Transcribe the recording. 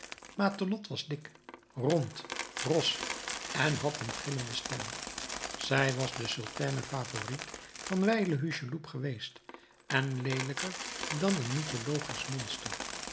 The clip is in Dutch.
matelotte was dik rond ros en had een gillende stem zij was de sultane favorite van wijlen hucheloup geweest en leelijker dan een mythologisch monster